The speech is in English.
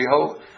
behold